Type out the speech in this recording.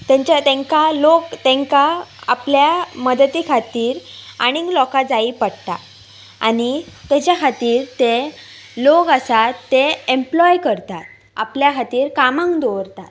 तेंच्या तेंकां लोक तेंकां आपल्या मदती खातीर आनीक लोकां जायी पडटा आनी तेच्या खातीर ते लोक आसात ते ऍम्प्लॉय करतात आपल्या खातीर कामांक दवरतात